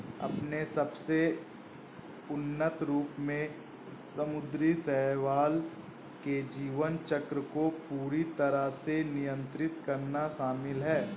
अपने सबसे उन्नत रूप में समुद्री शैवाल के जीवन चक्र को पूरी तरह से नियंत्रित करना शामिल है